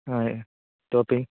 हा इतोपि